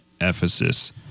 Ephesus